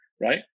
Right